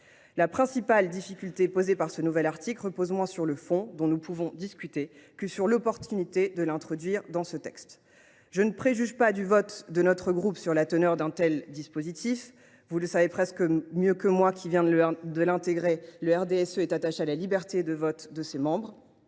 La principale difficulté posée par ce nouvel article tient moins au fond, dont nous pouvons discuter, qu’à l’opportunité de l’introduire dans ce texte. Je ne préjuge pas le vote de mon groupe sur un tel dispositif. Vous le savez presque mieux que moi qui viens de l’intégrer, mes chers collègues, le groupe du RDSE est attaché à la liberté de vote de ses membres.